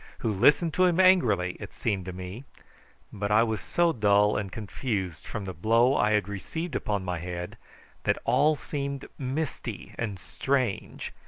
who listened to him angrily, it seemed to me but i was so dull and confused from the blow i had received upon my head that all seemed misty and strange,